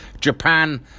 Japan